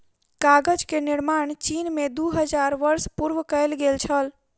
कागज के निर्माण चीन में दू हजार वर्ष पूर्व कएल गेल छल